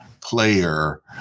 player